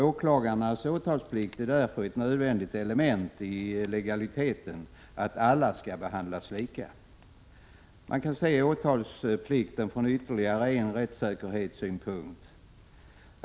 Åklagarnas åtalsplikt är därför ett nödvändigt element i legaliteten — alla skall behandlas lika. Man kan se åtalsplikten från ytterligare en rättssäkerhetssynpunkt.